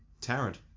Tarrant